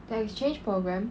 the exchange program